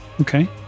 Okay